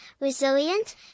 resilient